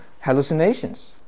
hallucinations